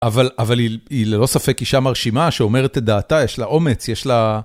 אבל היא ללא ספק אישה מרשימה שאומרת את דעתה, יש לה אומץ, יש לה...